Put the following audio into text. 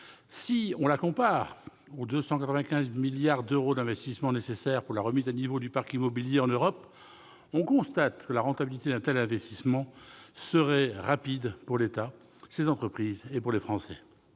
cette somme aux 295 milliards d'euros d'investissements nécessaires pour la remise à niveau du parc immobilier en Europe, on constate que la rentabilité d'un tel investissement serait rapide pour l'État, pour ses entreprises et pour les Français.